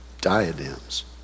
diadems